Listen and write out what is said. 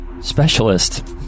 specialist